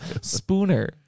spooner